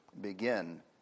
begin